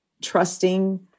trusting